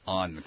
on